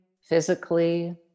physically